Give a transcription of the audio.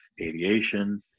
aviation